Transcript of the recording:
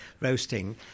roasting